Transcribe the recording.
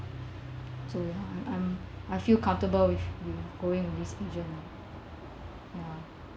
so ya I I'm I feel comfortable with you going with this agent lah ya